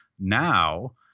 Now